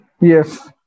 Yes